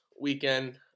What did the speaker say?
weekend